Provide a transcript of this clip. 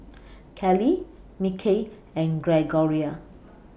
Callie Mikel and Gregoria